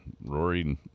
Rory